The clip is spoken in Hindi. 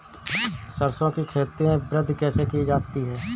सरसो की खेती में वृद्धि कैसे की जाती है?